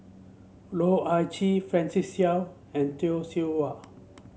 Loh Ah Chee Francis Seow and Tay Seow Huah